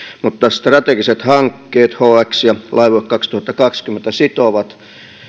mutta strategiset hankkeet hx ja laivue kaksituhattakaksikymmentä sitovat